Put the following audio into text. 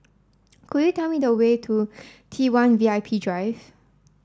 could you tell me the way to T one V I P Drive